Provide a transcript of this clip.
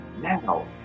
Now